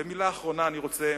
ומלה אחרונה, אני רוצה